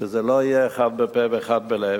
שזה לא יהיה אחד בפה ואחד בלב,